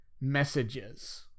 messages